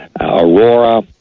Aurora